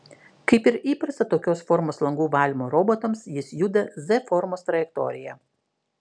kaip ir įprasta tokios formos langų valymo robotams jis juda z formos trajektorija